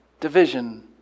division